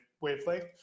wavelength